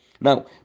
now